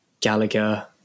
Gallagher